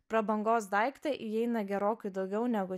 prabangos daiktą įeina gerokai daugiau negu